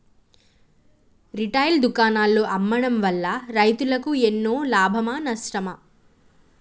Retail దుకాణాల్లో అమ్మడం వల్ల రైతులకు ఎన్నో లాభమా నష్టమా?